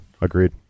Agreed